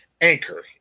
Anchor